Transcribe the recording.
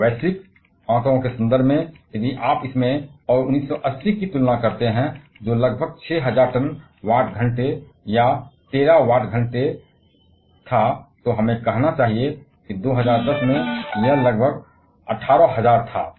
और वैश्विक आंकड़े के संदर्भ में यदि आप इस एक और 1980 की तुलना करते हैं जो लगभग 6000 टन वाट घंटे या टेरा वाट घंटे बारहवें है तो हमें कहना चाहिए कि 2010 में यह लगभग 18000 था